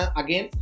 again